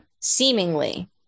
seemingly